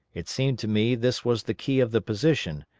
it seemed to me this was the key of the position,